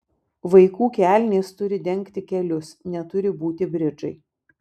vaikų kelnės turi dengti kelius neturi būti bridžai